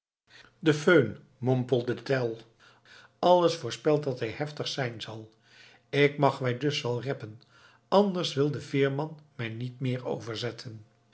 de föhn mompelde tell alles voorspelt dat hij heftig zijn zal ik mag mij dus wel reppen anders wil de veerman mij niet meer